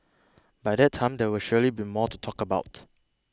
by that time there will surely be more to talk about